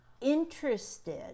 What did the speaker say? interested